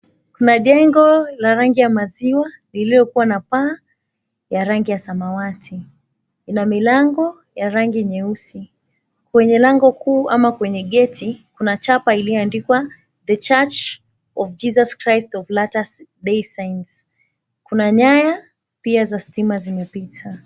Kuna jengo la rangi ya maziwa lililokuwa na paa ya rangi ya samawati, ina milango ya rangi nyeusi kwenye lango kuu ama kwenye geti kuna chapati iliyoandikwa, The Church of Jesus Christ of Latter Day Saints. Kuna nyaya pia za stima zimepita.